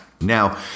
Now